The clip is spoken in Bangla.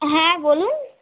হ্যাঁ বলুন